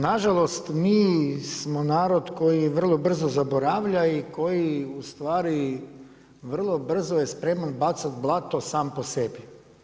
Nažalost mi smo narod koji vrlo brzo zaboravlja i koji vrlo brzo je spreman bacat blato sam po sebi.